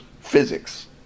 physics